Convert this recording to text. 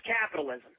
capitalism